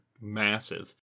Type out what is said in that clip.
massive